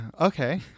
okay